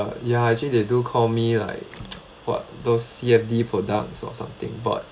ya actually they do call me like what those C_F_D products or something but